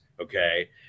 Okay